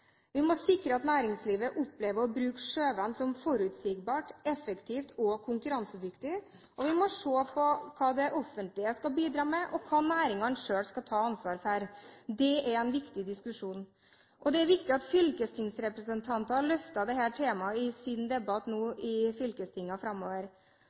å bruke sjøveien som forutsigbart, effektivt og konkurransedyktig, og vi må se på hva det offentlige skal bidra med, og hva næringene selv skal ta ansvar for. Det er en viktig diskusjon. Det er viktig at fylkestingsrepresentanter løfter dette temaet i sin debatt nå i fylkestingene framover.